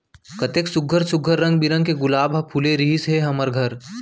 कतेक सुग्घर सुघ्घर रंग बिरंग के गुलाब के फूल ह फूले रिहिस हे हमर घर